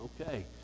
okay